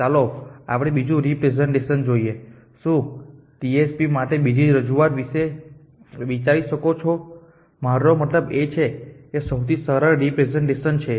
ચાલો આપણે બીજું રિપ્રેસેંટેશન જોઈએ શું તમે TSP માટે બીજી રજૂઆત વિશે વિચારી શકો છો મારો મતલબ છે કે આ સૌથી સરળ રિપ્રેસેંટેશન છે